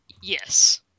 yes